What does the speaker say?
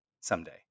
someday